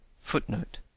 Footnote